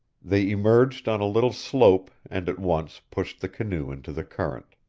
they emerged on a little slope and at once pushed the canoe into the current.